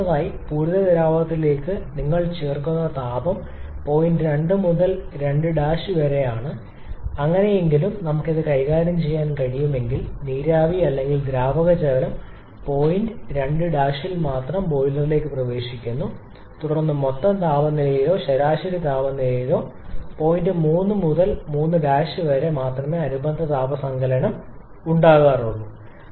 രണ്ടാമതായി പൂരിത ദ്രാവകത്തിലേക്ക് നിങ്ങൾ ചേർക്കുന്ന താപം പോയിന്റ് 2 മുതൽ 2 വരെ എങ്ങനെയെങ്കിലും നമുക്ക് ഇത് കൈകാര്യം ചെയ്യാൻ കഴിയുമെങ്കിൽ നീരാവി അല്ലെങ്കിൽ ദ്രാവക ജലം പോയിന്റ് 2 ൽ മാത്രം ബോയിലറിലേക്ക് പ്രവേശിക്കുന്നു തുടർന്ന് മൊത്തം താപനിലയോ ശരാശരി താപനിലയോ പോയിന്റ് 3 മുതൽ പോയിന്റ് 3 വരെ കണ്ടെത്തുന്നതിന് മാത്രമേ അനുബന്ധ താപ സങ്കലനം യോജിക്കുകയുള്ളൂ